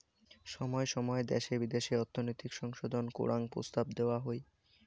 সময় সময় দ্যাশে বিদ্যাশে অর্থনৈতিক সংশোধন করাং প্রস্তাব দেওয়া হই